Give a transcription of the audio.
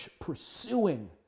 pursuing